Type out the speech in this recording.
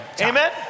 Amen